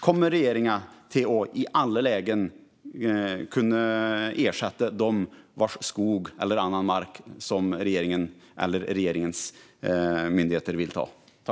Kommer regeringen att i alla lägen ersätta dem vars skog eller annan mark regeringens myndigheter vill ta?